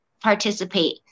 participate